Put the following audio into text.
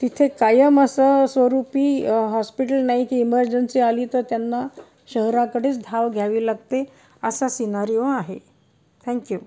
तिथे कायम असं स्वरूपी हॉस्पिटल नाही की इमर्जन्सी आली तर त्यांना शहराकडेच धाव घ्यावी लागते असा सिनारिओ आहे थँक्यू